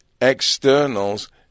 externals